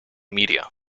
media